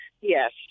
Yes